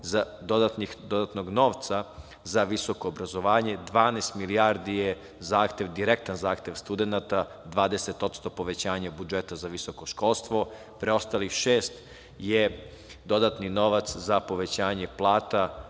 dodatnog novca za visoko obrazovanje, 12 milijardi je direktan zahtev studenata, 20% povećanje budžeta za visoko školstvo, preostalih 6 je dodatni novac za povećanje plata,